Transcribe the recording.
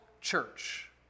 church